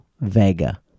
Vega